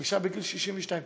ואישה בגיל 62,